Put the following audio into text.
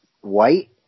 white